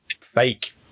Fake